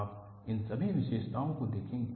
आप इन सभी विशेषताओं को देखेंगे